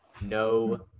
no